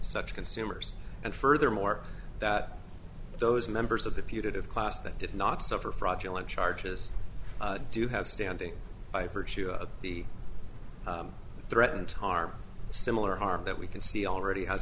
such consumers and furthermore that those members of the putative class that did not suffer fraudulent charges do have standing by virtue of the threatened harm similar harm that we can see it already has